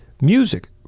music